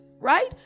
Right